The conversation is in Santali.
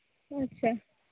ᱟᱪᱪᱷᱟ